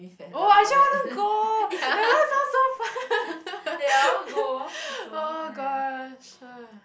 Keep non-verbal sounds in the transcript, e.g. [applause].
oh I actually wanna go [breath] that one sound so fun [laughs] oh gosh !ugh!